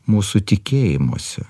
mūsų tikėjimuose